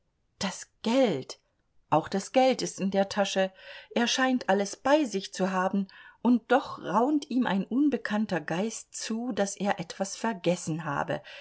das geld auch das geld ist in der tasche er scheint alles bei sich zu haben und doch raunt ihm ein unbekannter geist zu daß er etwas vergessen habe